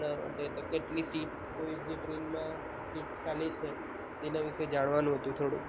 જણા માટે તો કેટલી સીટ કોઈ બી ટ્રેનમાં સીટ ખાલી છે તેના વિશે જાણવાનું હતું થોડું